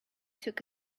took